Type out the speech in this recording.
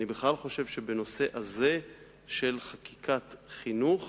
אני בכלל חושב שבנושא הזה של חקיקת חינוך